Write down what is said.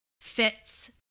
fits